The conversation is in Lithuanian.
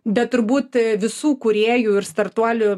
bet turbūt visų kūrėjų ir startuolių